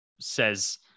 says